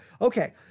okay